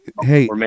hey